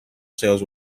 sales